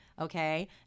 Okay